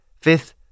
Fifth